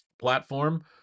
platform